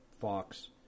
Fox